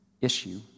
issue